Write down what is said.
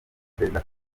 perezida